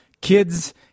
kids